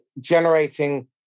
generating